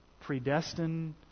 predestined